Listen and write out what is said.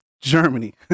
Germany